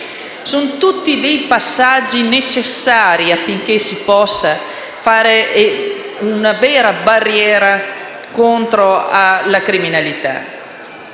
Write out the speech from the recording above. Si tratta di passaggi necessari, affinché si possa creare una vera barriera contro la criminalità.